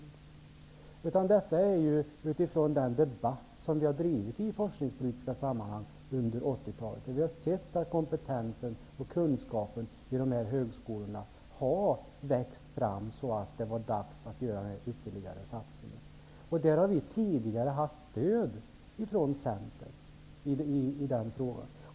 Detta ställningstagande har gjorts utifrån den debatt som vi har drivit i forskningspolitiska sammanhang under 80-talet, då vi har sett att kompetensen och kunskapen vid dessa högskolor har växt fram så att vi ansåg det vara dags för ytterligare satsningar. I den frågan har vi tidigare fått stöd av Centern.